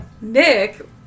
Nick